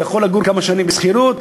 הוא יכול לגור כמה שנים בשכירות,